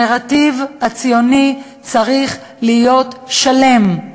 הנרטיב הציוני צריך להיות שלם.